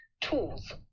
tools